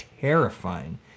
terrifying